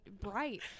bright